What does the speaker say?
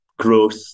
growth